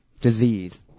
disease